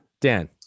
Dan